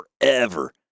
forever